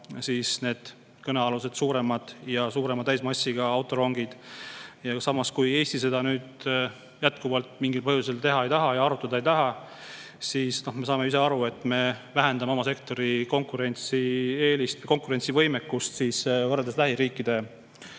oma teedele kõnealused pikemad ja suurema täismassiga autorongid. Samas, kui Eesti seda nüüd jätkuvalt mingil põhjusel teha ei taha ja arutada ei taha, siis – me saame ju ise aru – me vähendame oma sektori konkurentsivõimekust võrreldes lähiriikide